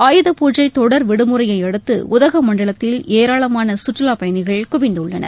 ஆயுதபூஜை தொடர் விடுமுறையை அடுத்து உதகமண்டலத்தில் ஏராளமான சுற்றுவாப் பயணிகள் குவிந்துள்ளனர்